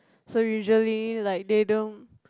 so usually like they don't